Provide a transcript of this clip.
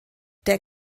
der